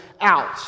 out